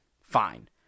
fine